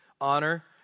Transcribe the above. Honor